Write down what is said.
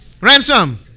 Ransom